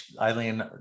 Eileen